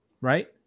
Right